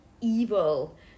evil